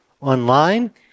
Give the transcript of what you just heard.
online